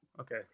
Okay